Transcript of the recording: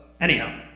anyhow